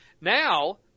now